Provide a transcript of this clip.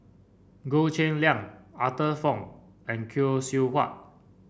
Goh Cheng Liang Arthur Fong and Khoo Seow Hwa